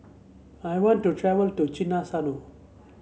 I want to travel to Chisinau